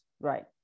Right